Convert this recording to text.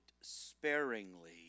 sparingly